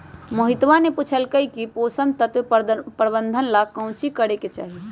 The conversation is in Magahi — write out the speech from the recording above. मोहितवा ने पूछल कई की पोषण तत्व प्रबंधन ला काउची करे के चाहि?